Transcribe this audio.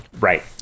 Right